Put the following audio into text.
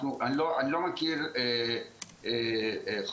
אני אעשה הכל כדי שהדבר הזה יוסדר,